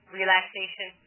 relaxation